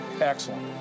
Excellent